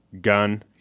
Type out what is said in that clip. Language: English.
Gun